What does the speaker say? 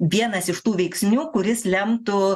vienas iš tų veiksnių kuris lemtų